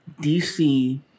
DC